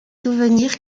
souvenirs